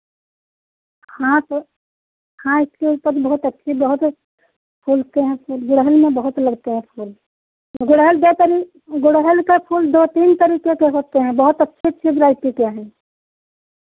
हाँ तो हाँ इसके ऊपर तो बहुत अच्छी बहुत फूलते हैं फूल गुड़हल में बहुत लगते हैं फूल गुड़हल दो तरी गुड़हल के फूल दो तीन तरीके के होते हैं बहुत अच्छी अच्छी वराइटी के हैं